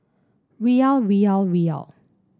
Riyal Riyal Riyal